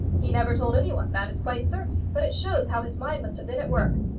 he never told any one that is quite certain. but it shows how his mind must have been at work.